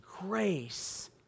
grace